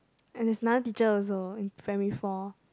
and there's another teacher also in primary four